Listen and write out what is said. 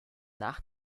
nach